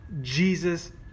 Jesus